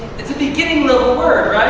it's a beginning level